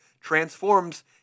transforms